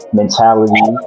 mentality